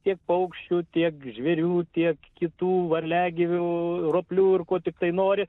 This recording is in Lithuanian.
tiek paukščių tiek žvėrių tiek kitų varliagyvių roplių ir ko tiktai nori